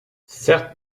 certes